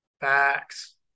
Facts